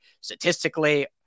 statistically